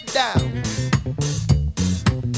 down